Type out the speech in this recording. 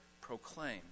proclaim